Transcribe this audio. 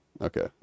Okay